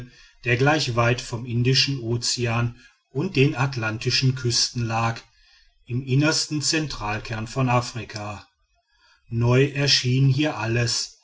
der gleich weit vom indischen ozean und den atlantischen küsten lag im innersten zentralkern von afrika neu erschien hier alles